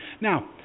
Now